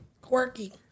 quirky